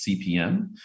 CPM